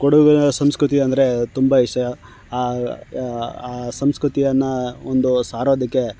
ಕೊಡಗಿನ ಸಂಸ್ಕೃತಿ ಅಂದರೆ ತುಂಬ ಇಷ್ಟ ಆ ಆ ಸಂಸ್ಕೃತಿಯನ್ನ ಒಂದು ಸಾರೋದಕ್ಕೆ